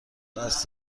قصد